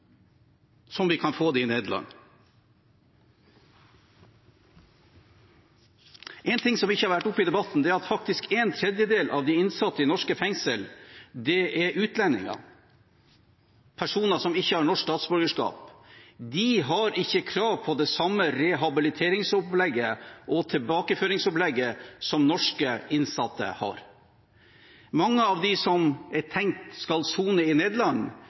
som vi kan få dem i Nederland. En ting som ikke har vært oppe i debatten, er at faktisk en tredjedel av de innsatte i norske fengsler er utlendinger, personer som ikke har norsk statsborgerskap. De har ikke krav på det samme rehabiliteringsopplegget og tilbakeføringsopplegget som norske innsatte har. Mange av dem som er tenkt skal sone i Nederland,